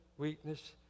weakness